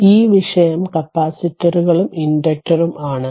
ഈ വിഷയം കപ്പാസിറ്ററുകളും ഇൻഡക്ടറും ആണ്